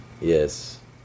Yes